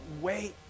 wait